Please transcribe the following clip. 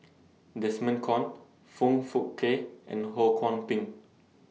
Desmond Kon Foong Fook Kay and Ho Kwon Ping